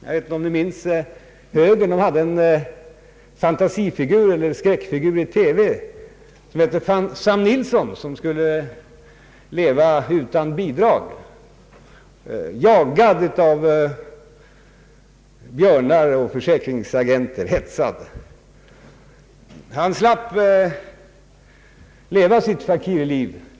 Jag vet inte om ni minns högerns fantasifigur eller skräckfigur i TV som hette Sam Nilsson och som skulle leva utan bidrag, jagad och hetsad av björnar och försäkringsagenter. Den där fantasifiguren slapp leva sitt fakirliv.